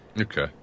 Okay